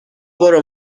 برو